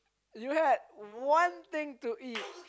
you had one thing to eat